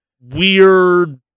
weird